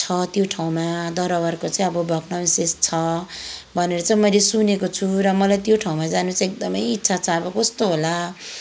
छ त्यो ठाउँमा दरबारको चाहिँ अब भग्नावाशेष छ भनेर चाहिँ मैले सुनेको छु र मलाई त्यो ठाउँमा जानु चाहिँ एकदमै इच्छा छ कस्तो होला